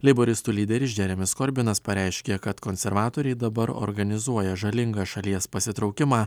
leiboristų lyderis džeremis korbinas pareiškė kad konservatoriai dabar organizuoja žalingą šalies pasitraukimą